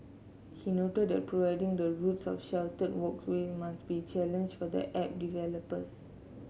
he noted that providing the routes of sheltered walkways must be a challenge for the app developers